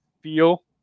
feel